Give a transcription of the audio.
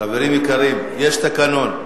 חברים יקרים, יש תקנון.